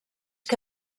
que